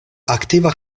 aktiva